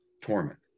torment